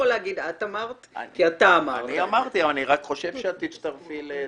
ואני חושב שאת תצטרפי לדעתי.